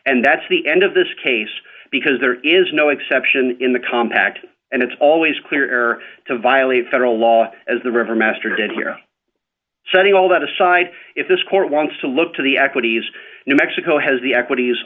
and that's the end of this case because there is no exception in the compact and it's always clear to violate federal law as the river master did here setting all that aside if this court wants to look to the equities new mexico has the equities